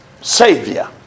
savior